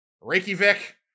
Reykjavik